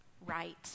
right